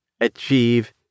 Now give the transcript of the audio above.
achieve